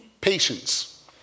patience